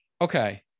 okay